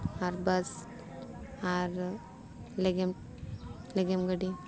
ᱟᱨ bus ᱟᱨ ᱞᱮᱜᱮᱢ ᱞᱮᱜᱮᱢ ᱜᱟᱹᱰᱤ